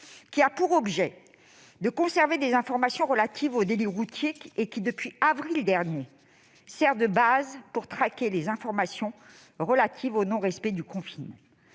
qui a pour objet de conserver des informations relatives aux délits routiers et qui, depuis avril dernier, sert de base pour traquer les informations relatives au non-respect du confinement.